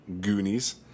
Goonies